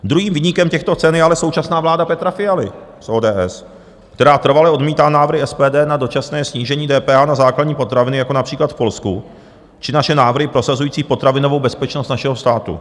Druhým viníkem těchto cen je ale současná vláda Petra Fialy z ODS, která trvale odmítá návrhy SPD na dočasné snížení DPH na základní potraviny jako například v Polsku či naše návrhy prosazující potravinovou bezpečnost našeho státu.